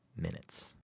minutes